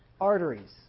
Arteries